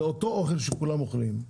זה אותו אוכל שכולם אוכלים.